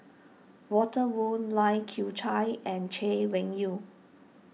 Walter Woon Lai Kew Chai and Chay Weng Yew